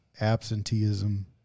absenteeism